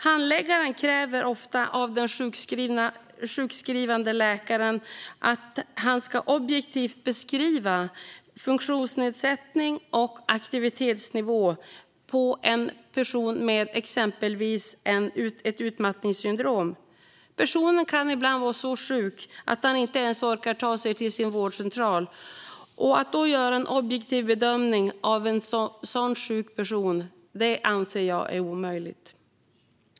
Handläggaren kräver ofta av den sjukskrivande läkaren att han objektivt ska beskriva funktionsnedsättning och aktivitetsnivå hos en person med exempelvis utmattningssyndrom. Personen kan ibland vara så sjuk att han inte ens orkar ta sig till sin vårdcentral, och att göra en objektiv bedömning av en så sjuk person anser jag är omöjligt.